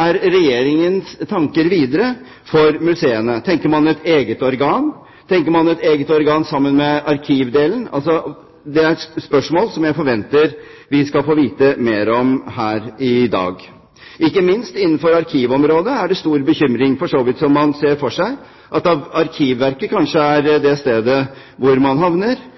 er Regjeringens tanker videre for museene? Tenker man et eget organ? Tenker man et eget organ sammen med arkivdelen? Det er spørsmål som jeg forventer vi skal få vite mer om her i dag. Ikke minst innenfor arkivområdet er det stor bekymring, for så vidt som man ser for seg at Arkivverket kanskje er det stedet hvor man havner.